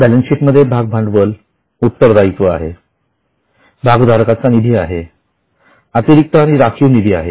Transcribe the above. balance sheet मध्ये भाग भांडवल आहे उत्तरदायित्व आहे भागधारकांचा निधी आहे अतिरिक्त आणि राखीव निधी आहे